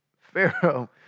Pharaoh